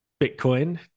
bitcoin